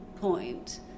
point